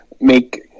make